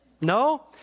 No